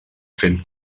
fent